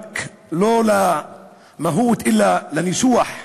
רק לא למהות אלא לניסוח.